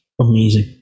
amazing